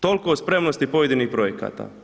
Toliko o spremnosti pojedinih projekata.